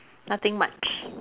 nothing much